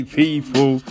people